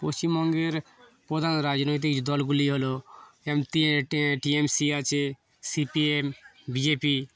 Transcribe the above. পশ্চিমবঙ্গের প্রধান রাজনৈতিক দলগুলি হলো এম টি এম সি আছে C P M B J P